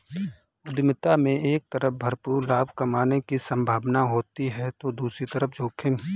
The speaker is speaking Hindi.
उद्यमिता में एक तरफ भरपूर लाभ कमाने की सम्भावना होती है तो दूसरी तरफ जोखिम